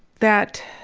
that